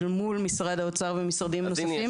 מול משרד האוצר ומשרדים נוספים,